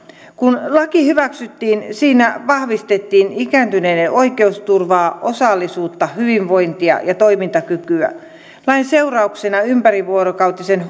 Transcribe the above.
kun laki hyväksyttiin siinä vahvistettiin ikääntyneiden oikeusturvaa osallisuutta hyvinvointia ja toimintakykyä lain seurauksena ympärivuorokautisen